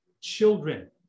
children